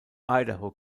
idaho